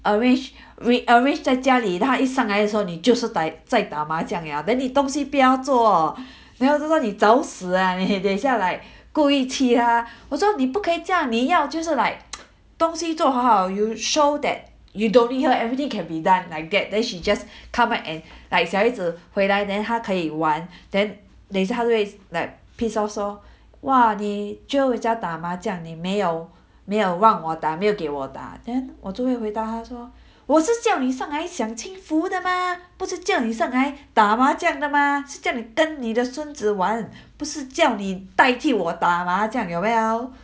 arrange wait arrange 在家里 then 她一上来的时候你就是打在打麻将了 then 你东西不要做 then 我就是说你找死啊你等一下 like 故意气她 我说你不可以这样你要你就是 like 东西做好好 you show that you you don't need her everything can be done like that then she just come up and like 小孩子回来 then 她可以玩 then 等一下她会 like pissed off 说 !wah! 你 jio 人家打麻将你没有没有让我打没有给我打 then 我就会回答她我是叫你上来享清福的嘛不是叫你上来打麻将的嘛是叫你跟你的孙子玩不是叫你代替我打麻将有没有